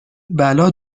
بلا